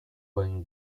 banho